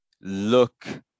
look